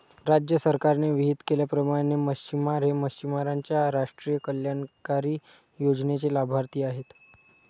राज्य सरकारने विहित केल्याप्रमाणे मच्छिमार हे मच्छिमारांच्या राष्ट्रीय कल्याणकारी योजनेचे लाभार्थी आहेत